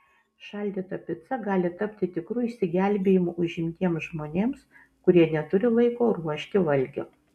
šaldyta pica gali tapti tikru išsigelbėjimu užimtiems žmonėms kurie neturi laiko ruošti valgio